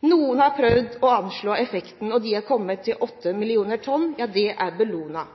Noen har prøvd å anslå effekten, og de har kommet til 8 mill. tonn. Det er